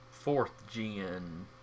fourth-gen